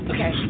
Okay